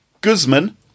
Guzman